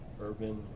urban